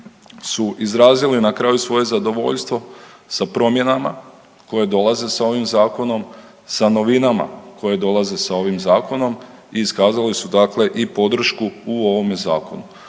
su izrazili na kraju svoje zadovoljstvo sa promjenama koje dolaze sa ovim zakonom, sa novinama koje dolaze sa ovim zakonom i iskazali su dakle i podršku u ovome zakonu.